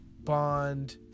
bond